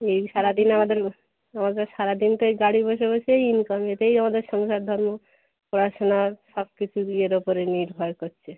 এই সারা দিন আমাদের রোজের সারা দিন তো এই গাড়ি বসে বসেই ইনকাম এতেই আমাদের সংসার ধর্ম পড়াশোনা সব কিছু এর ওপরে নির্ভর করছে